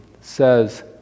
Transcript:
says